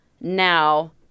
now